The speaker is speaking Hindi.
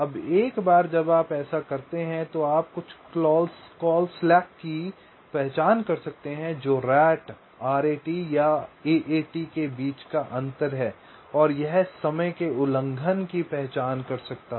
अब एक बार जब आप ऐसा करते हैं तो आप कुछ कॉल स्लैक की पहचान कर सकते हैं जो RAT और AAT के बीच का अंतर है और यह समय के उल्लंघन की पहचान कर सकता है